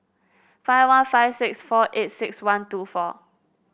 five one five six four eight six one two four